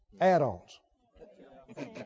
add-ons